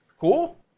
Cool